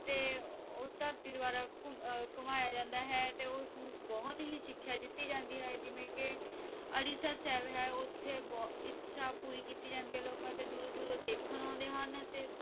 ਅਤੇ ਉਹ ਧਰਤੀ ਦੁਆਰਾ ਘੁਮ ਘੁਮਾਇਆ ਜਾਂਦਾ ਹੈ ਅਤੇ ਉਸ ਵਿੱਚ ਬਹੁਤ ਹੀ ਸਿੱਖਿਆ ਦਿੱਤੀ ਜਾਂਦੀ ਹੈ ਜਿਵੇਂ ਕਿ ਅੜੀਸਰ ਸਾਹਿਬ ਹੈ ਉੱਥੇ ਬੋ ਇੱਛਾ ਪੂਰੀ ਕੀਤੀ ਜਾਂਦੀ ਹੈ ਲੋਕਾਂ ਦੇ ਦੂਰੋਂ ਦੂਰੋਂ ਦੇਖਣ ਆਉਂਦੇ ਹਨ ਅਤੇ